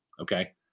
Okay